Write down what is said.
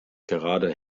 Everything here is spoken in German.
gerade